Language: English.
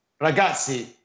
Ragazzi